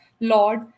Lord